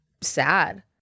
sad